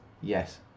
Yes